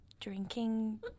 drinking